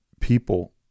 people